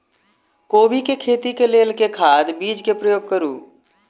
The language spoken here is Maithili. कोबी केँ खेती केँ लेल केँ खाद, बीज केँ प्रयोग करू?